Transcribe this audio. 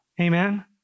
Amen